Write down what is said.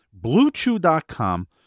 BlueChew.com